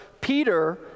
Peter